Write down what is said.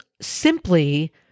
simply